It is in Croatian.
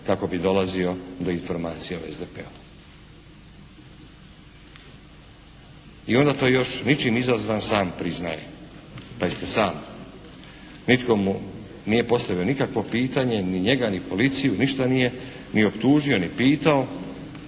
kako bi dolazio do informacija o SDP-u i onda to još ničim izazvan sam priznaje, pazite sam. Nitko mu nije postavio nikakvo pitanje ni njega, ni policiju ništa nije ni optužio ni pitao,